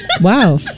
Wow